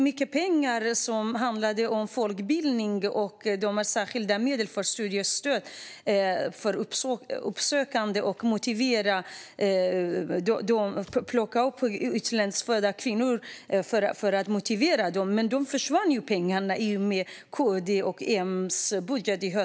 Mycket pengar skulle gå till folkbildning, och det skulle ges särskilda medel för att söka upp och motivera utrikes födda kvinnor. Men dessa pengar försvann i och med höstens M-KD-budget.